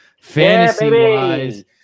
Fantasy-wise